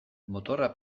motorra